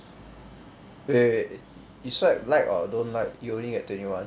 wait wait you swipe like or don't like you only get twenty one